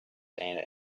and